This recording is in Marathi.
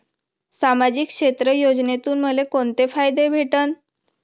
सामाजिक क्षेत्र योजनेतून मले कोंते फायदे भेटन?